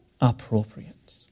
appropriate